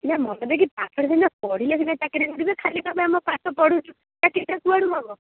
ନା ମନ ଦେଇକି ପାଠଟା ସିନା ପଢ଼ିଲେ ସିନା ଚାକିରି ମିଳିବ ଖାଲି କହିବ ଆମ ପାଠ ପଢ଼ୁଚୁ ଚାକିରିଟା କୁଆଡ଼ୁ ହେବ